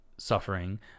suffering